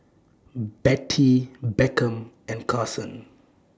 Bettye Beckham and Karson